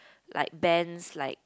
like bands like